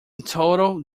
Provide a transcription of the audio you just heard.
total